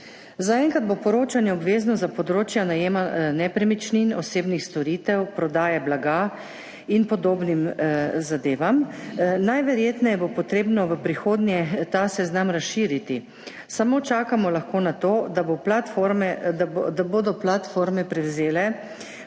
Zaenkrat bo poročanje obvezno za področja najema nepremičnin, osebnih storitev, prodaje blaga in podobnih zadev. Najverjetneje bo potrebno v prihodnje ta seznam razširiti. Samo čakamo lahko na to, da bodo platforme prevzele